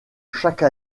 chaque